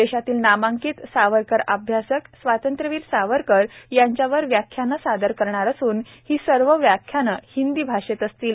देशातील नामांकित सावरकर अभ्यासक स्वातंत्र्यवीर सावरकर यांच्यावर व्याख्यानं सादर करणार असून ही सर्व व्याख्यानं हिंदी भाषेत असतील